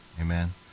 Amen